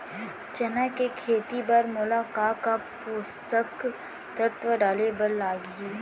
चना के खेती बर मोला का का पोसक तत्व डाले बर लागही?